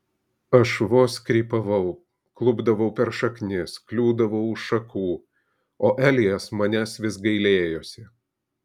aš vos krypavau klupdavau per šaknis kliūdavau už šakų o elijas manęs vis gailėjosi